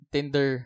Tinder